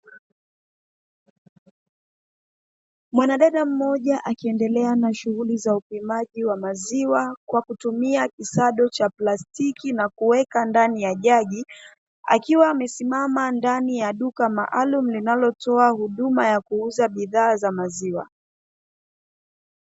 Mwanadada mmoja akiendelea na shughuli za upimaji wa maziwa kwa kutumia kisado cha plastiki na kuweka ndani ya jagi, akiwa amesimama ndani ya duka maalumu linalotoa huduma ya kuuza bidhaa za maziwa.